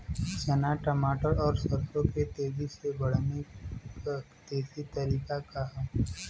चना मटर और सरसों के तेजी से बढ़ने क देशी तरीका का ह?